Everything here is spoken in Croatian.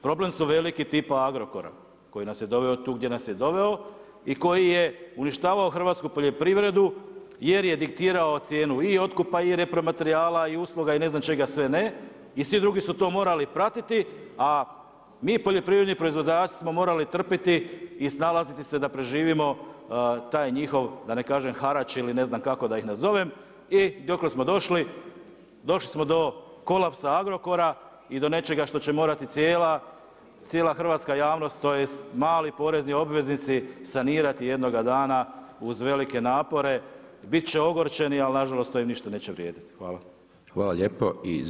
Problem su veliki tipa Agrokora koji nas je doveo tu gdje nas je doveo, i koji je uništavao hrvatsku poljoprivredu jer diktirao cijenu i otkupa i repromaterijala i usluga i ne znam čega sve ne, i svi drugi su to morali pratiti, a mi poljoprivredni proizvođači smo morali trpjeti i snalaziti se da preživimo taj njih, da ne kažem, harač ili ne znam kako da ih nazovem i dokle smo došli, došli smo do kolapsa Agrokora, i do nečega što će morati cijela hrvatska javnost, tj. mali porezni obveznici sanirati jednoga dana uz velike napore, bit će ogorčeni ali nažalost to im ništa neće vrijediti.